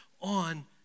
on